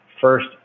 first